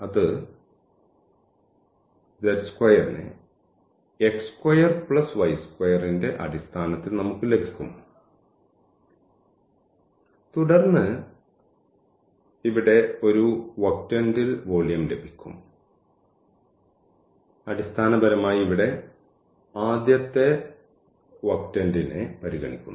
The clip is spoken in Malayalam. അത് ന്റെ അടിസ്ഥാനത്തിൽ നമുക്ക് ലഭിക്കും തുടർന്ന് ഇവിടെ ഒരു ഒക്ടന്റിൽ വോളിയം ലഭിക്കും അടിസ്ഥാനപരമായി ഇവിടെ ആദ്യത്തെ ഒക്ടന്റിനെ പരിഗണിക്കുന്നു